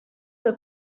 que